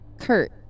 Kurt